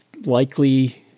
Likely